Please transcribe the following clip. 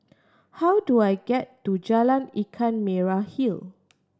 how do I get to Jalan Ikan Merah Hill